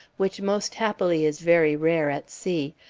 which most happily is very rare at sea,